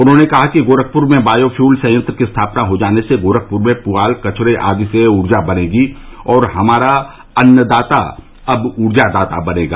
उन्होंने कहा कि गोरखप्र में वायो प्यूल सयंत्र की स्थापना हो जाने से गोरखप्र में पुआल कचरे आदि से उर्जा बनेगी और हमारा अन्नदाता अब उर्जादाता बनेगा